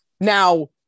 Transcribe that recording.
Now